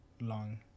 long